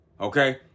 Okay